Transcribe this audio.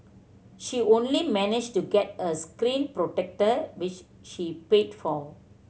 she only managed to get a screen protector which she paid for